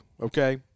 okay